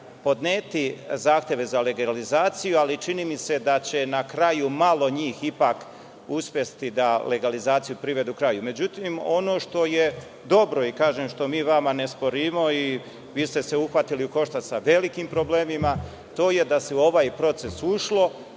podneti zahteve za legalizaciju, ali čini mi se da će na kraju malo njih ipak uspeti da legalizaciju privede kraju.Međutim, ono što je dobro, što mi vama ne sporimo, vi ste se uhvatili u koštac sa velikim problemima, to je da se u ovaj proces ušlo.